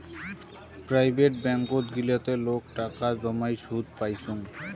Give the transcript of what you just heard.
private ব্যাঙ্কত গিলাতে লোক টাকা জমাই সুদ পাইচুঙ